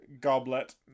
goblet